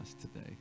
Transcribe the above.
today